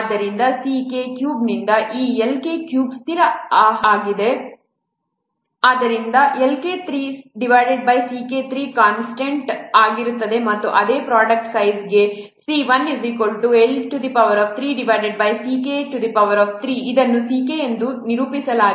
ಆದ್ದರಿಂದ C k ಕ್ಯೂಬ್ನಿಂದ ಈ L k ಕ್ಯೂಬ್ ಸ್ಥಿರ ಆಹ್ ಆಗಿದೆ ಆದ್ದರಿಂದ Lk3 Ck3 ಕಾನ್ಸ್ಟಂಟ್ ಆಗಿರುತ್ತದೆ ಮತ್ತು ಅದೇ ಪ್ರೊಡಕ್ಟ್ ಸೈಜ್ ಗೆ C1L3 Ck3 ಇದನ್ನು ಇಲ್ಲಿ C k ಎಂದು ನಿರೂಪಿಸಲಾಗಿದೆ